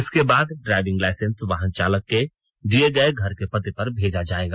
इसके बाद driving licence वाहन चालक के दिए गए घर के पते पर भेजा जाएगा